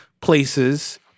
places